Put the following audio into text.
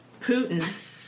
Putin